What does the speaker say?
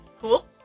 Cool